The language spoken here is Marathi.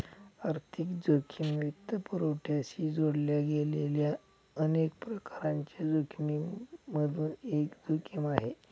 आर्थिक जोखिम वित्तपुरवठ्याशी जोडल्या गेलेल्या अनेक प्रकारांच्या जोखिमिमधून एक जोखिम आहे